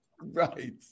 Right